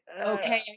okay